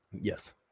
Yes